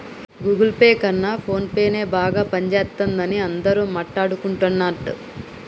Google Pay కన్నా ఫోన్పేనే బాగా పనిజేత్తందని అందరూ మాట్టాడుకుంటన్నరు